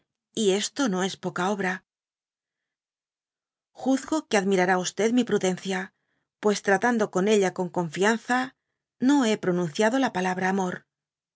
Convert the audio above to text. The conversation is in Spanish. y esto no es poca obra juzgo que admirará mi prudencia pues tratando con ella con confianza no hé pronunciado la palabra amor